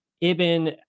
Ibn